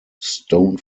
stone